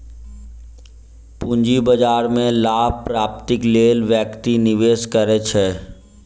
पूंजी बाजार में लाभ प्राप्तिक लेल व्यक्ति निवेश करैत अछि